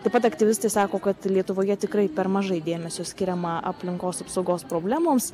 taip pat aktyvistai sako kad lietuvoje tikrai per mažai dėmesio skiriama aplinkos apsaugos problemoms